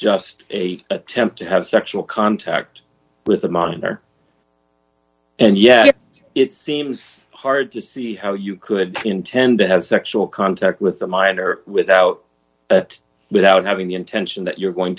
just a attempt to have sexual contact with a monitor and yeah it seems hard to see how you could intend to have sexual contact with a minor without it without having the intention that you're going